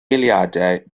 eiliadau